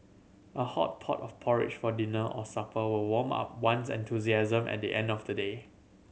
a hot pot of porridge for dinner or supper will warm up one's enthusiasm at the end of today